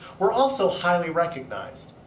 we're also highly recognized.